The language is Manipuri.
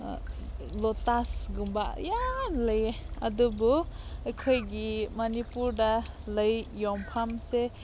ꯂꯣꯇꯥꯁꯒꯨꯝꯕ ꯌꯥꯝꯅ ꯂꯩ ꯑꯗꯨꯕꯨ ꯑꯩꯈꯣꯏꯒꯤ ꯃꯅꯤꯄꯨꯔꯗ ꯂꯩ ꯌꯣꯟꯐꯝꯁꯦ